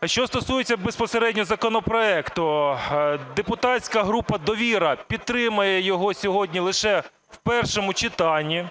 А що стосується безпосередньо законопроекту, депутатська група "Довіра" підтримає його сьогодні лише в першому читанні.